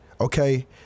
Okay